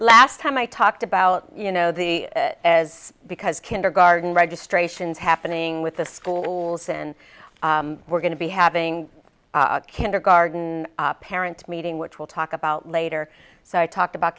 last time i talked about you know the as because kindergarten registrations happening with the schools and we're going to be having kindergarden parent meeting which we'll talk about later so i talked about